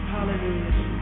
Hallelujah